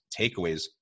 takeaways